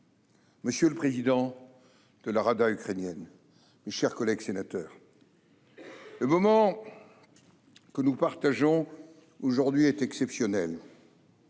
Monsieur le président de la Rada de l'Ukraine, mes chers collègues, le moment que nous partageons aujourd'hui est exceptionnel,